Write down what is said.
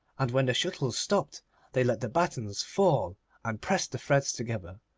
and when the shuttles stopped they let the battens fall and pressed the threads together.